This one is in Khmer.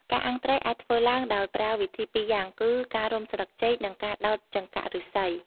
ការអាំងត្រីអាចធ្វើឡើងដោយប្រើវិធីពីរយ៉ាងគឺ ការរុំស្លឹកចេក និងការដោតចង្កាក់ឫស្សី។